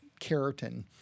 keratin